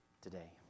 today